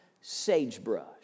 Sagebrush